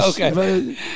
Okay